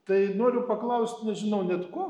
tai noriu paklaust nežinau net ko